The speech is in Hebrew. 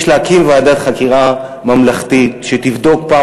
יש להקים ועדת חקירה ממלכתית שתבדוק פעם